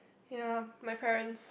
ya my parents